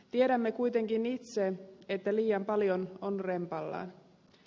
tiedämme kuitenkin itse että liian paljon on rempallaan